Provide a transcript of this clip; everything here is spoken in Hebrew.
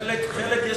חלק,